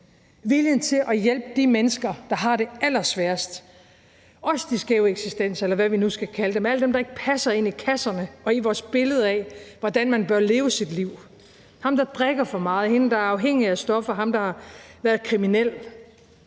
viljen til at hjælpe de mennesker, der har det allersværest – også de skæve eksistenser, eller hvad vi nu skal kalde dem, alle dem, der ikke passer ind i kasserne og vores billede af, hvordan man bør leve sit liv. Der er ham, der drikker for meget, hende, der er afhængig af stoffer, og ham, der har været kriminel.